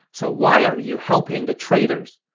so why are you helping the traitors?